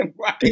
Right